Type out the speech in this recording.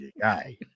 guy